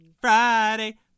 Friday